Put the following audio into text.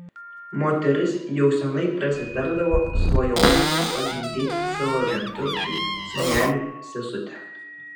moteris jau seniai prasitardavo svajojanti pagimdyti savo vienturčiui sūneliui sesutę